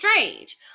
strange